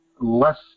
less